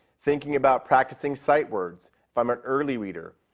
thinking about practicing sight words, if i'm an early reader,